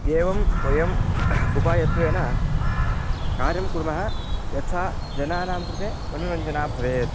एवं वयम् उपायत्वेन कार्यं कुर्मः यथा जनानां कृते मनोरञ्जनं भवेत्